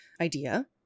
idea